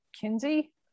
kinsey